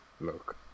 look